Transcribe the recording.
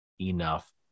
enough